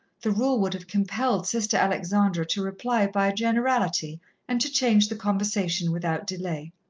the rule would have compelled sister alexandra to reply by a generality and to change the conversation without delay.